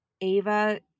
Ava